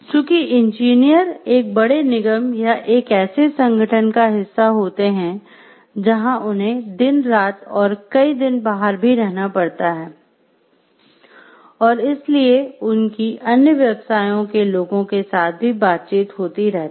चूंकि इंजीनियर एक बड़े निगम या एक ऐसे संगठन का हिस्सा होते हैं जहां उन्हें दिन रात और कई दिन बाहर भी रहना पड़ता है और इसलिए उनकी अन्य व्यवसायों के लोगों के साथ भी बातचीत होती रहती है